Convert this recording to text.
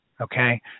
okay